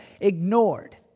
ignored